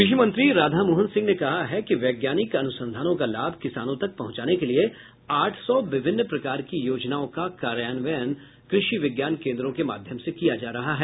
कृषि मंत्री राधामोहन सिंह ने कहा है कि वैज्ञानिक अनुसंधानों का लाभ किसानों तक पहुंचाने के लिए आठ सौ विभिन्न प्रकार की योजनाओं का कार्यान्वयन कृषि विज्ञान केन्द्रों के माध्यम से किया जा रहा है